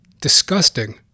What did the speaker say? Disgusting